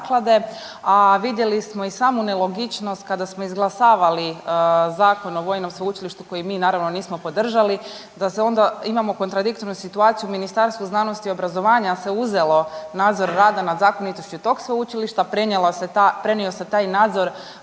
a vidjeli smo i samu nelogičnost kada smo izglasavali Zakon o vojnom sveučilištu koji mi naravno nismo podržali, da se onda, imamo kontradiktornu situaciju Ministarstvo znanosti i obrazovanja se uzelo nadzor rada nad zakonitošću tog sveučilišta, prenio se taj nadzor